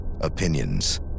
Opinions